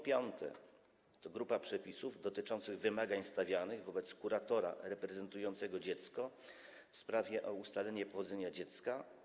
Piąta kwestia odnosi się do grupy przepisów dotyczących wymagań stawianych wobec kuratora reprezentującego dziecko w sprawie o ustalenie pochodzenia dziecka.